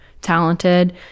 talented